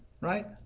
right